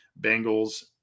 Bengals